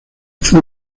fue